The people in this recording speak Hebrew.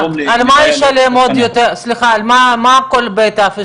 אני מציע שנתייחס לזה כשנגיע לסעיף הספציפי